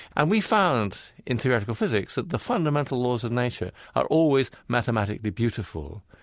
and we've found in theoretical physics that the fundamental laws of nature are always mathematically beautiful.